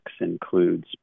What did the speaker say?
includes